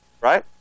Right